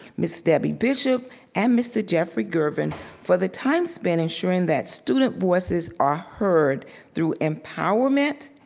mrs. debbie bishop and mr. jeffery gervin for the time spent ensuring that student voices are heard through empowerment,